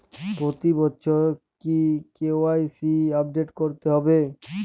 প্রতি বছরই কি কে.ওয়াই.সি আপডেট করতে হবে?